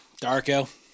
Darko